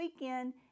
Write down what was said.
weekend